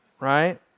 Right